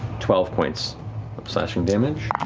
twelve points of slashing damage.